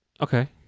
Okay